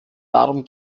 darum